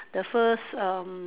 the first um